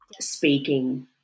speaking